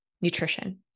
nutrition